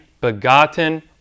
begotten